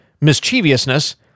mischievousness